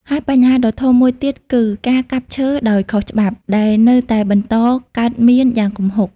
ហើយបញ្ហាដ៏ធំមួយទៀតគឺ ការកាប់ឈើដោយខុសច្បាប់ ដែលនៅតែបន្តកើតមានយ៉ាងគំហុក។